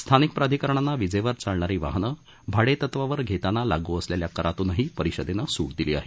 स्थानिक प्राधिकरणांना विजेवर चालणारी वाहनं भाडेतत्वावर घेताना लागू असलेल्या करातून परिषदेनं सूट दिली आहे